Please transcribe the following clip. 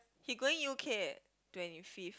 he going U_K twenty fifth